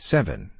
Seven